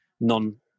non